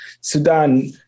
Sudan